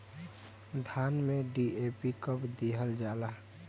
धान में डी.ए.पी कब दिहल जाला?